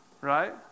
right